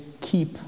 Keep